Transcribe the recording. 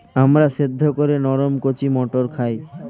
আমরা সেদ্ধ করে নরম কচি মটর খাই